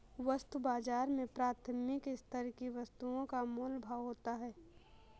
वस्तु बाजार में प्राथमिक स्तर की वस्तुओं का मोल भाव होता है